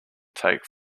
take